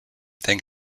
thing